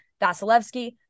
Vasilevsky